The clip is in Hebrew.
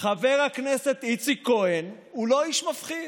חבר הכנסת איציק כהן הוא לא איש מפחיד,